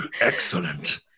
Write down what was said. excellent